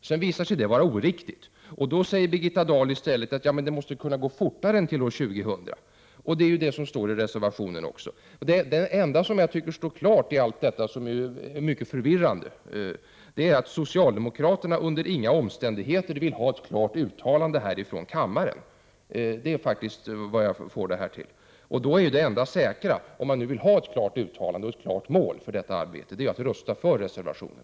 Sedan visar det sig vara oriktigt, och då säger Birgitta Dahl i stället: Ja, men det måste kunna gå fortare än till år 2000. Det står det ju i reservationen också. Det enda som jag tycker står klart i allt detta, som är mycket förvirrande, är att socialdemokraterna under inga omständigheter vill ha ett klart uttalande från kammaren. Det är faktiskt vad jag får det här till. Det enda säkra om man nu vill ha ett klart uttalande och ett klart mål för arbetet, är då att rösta för reservationen.